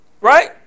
Right